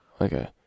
Okay